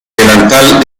delantal